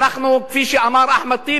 כפי שאמר אחמד טיבי,